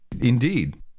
indeed